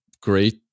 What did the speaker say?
great